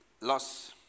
loss